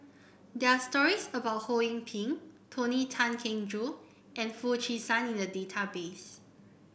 there are stories about Ho Yee Ping Tony Tan Keng Joo and Foo Chee San in the database